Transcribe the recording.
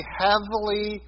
heavily